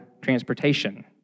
transportation